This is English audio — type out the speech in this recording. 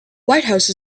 whitehouse